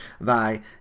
thy